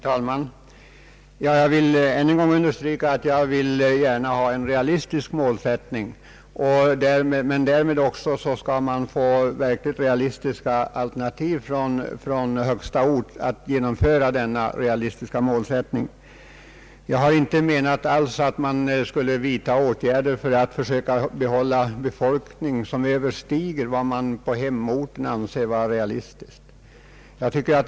Herr talman! Jag vill än en gång understryka att jag gärna vill ha en rea listisk målsättning, men man skall också få vettiga alternativ från högsta ort när det gäller att genomföra denna målsättning. Jag har inte menat att man skulle vidtaga åtgärder för att försöka behålla en befolkning på en ort, som Överstiger det befolkningstal som t.ex. de kommunala myndigheterna själva anser rimligt.